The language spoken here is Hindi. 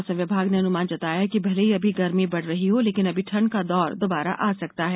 मौसम विभाग ने अनुमान जताया है कि भले ही अभी गर्मी बढ़ रही हो लेकिन अभी ठंड का दौर दोबारा आ सकता है